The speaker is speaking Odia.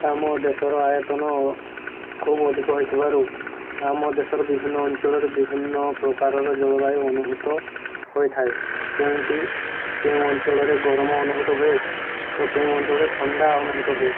ଆମ ଦେଶର ଆୟତନ ଖୁବ ଅଧିକ ହେଇଥିବାରୁ ଆମ ଦେଶର ବିଭିନ୍ନ ଅଞ୍ଚଳରେ ବିଭିନ୍ନ ପ୍ରକାରର ଜଳବାୟୁ ଅନୁଭୂତ ହୋଇଥାଏ ଯେମିତି କେଉଁ ଅଞ୍ଚଳରେ ଗରମ ଅନୁଭୂତ ହୁଏ ତ କେଉଁ ଅଞ୍ଚଳରେ ଥଣ୍ଡା ଅନୁଭୂତ ହୁଏ